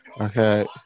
Okay